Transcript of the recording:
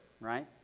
right